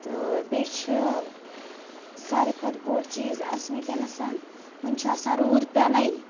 تہٕ بیٚیہِ چھِ ساروی کھۄتہٕ بوٚڈ چیٖز اَسہِ وٕنۍکٮ۪نَس وٕنہِ چھُ آسان روٗد پٮ۪نَے